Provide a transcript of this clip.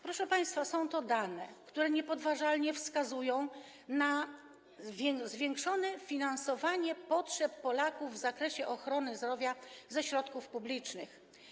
Proszę państwa, są to dane, które niepodważalnie wskazują na zwiększone finansowanie potrzeb Polaków w zakresie ochrony zdrowia ze środków publicznych.